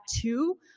two